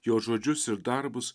jo žodžius ir darbus